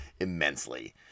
immensely